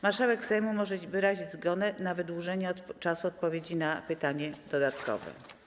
Marszałek Sejmu może wyrazić zgodę na wydłużenie czasu odpowiedzi na pytanie dodatkowe.